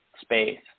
space